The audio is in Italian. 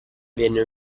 venne